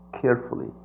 carefully